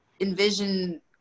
Envision